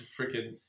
freaking